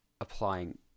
applying